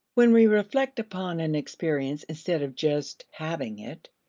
when we reflect upon an experience instead of just having it,